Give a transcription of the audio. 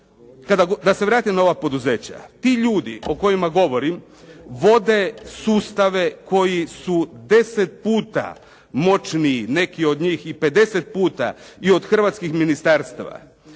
Da se vratim na ova poduzeća, ti ljudi o kojima govorim vode sustave koji su 10 puta moćniji, neki od njih i 50 puta i od hrvatskim ministarstava.